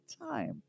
time